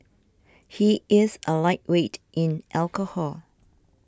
he is a lightweight in alcohol